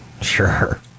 Sure